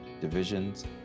divisions